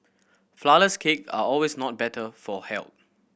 flourless cake are always not better for health